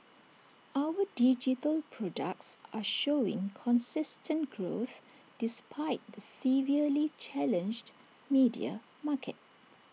our digital products are showing consistent growth despite the severely challenged media market